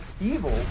evil